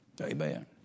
Amen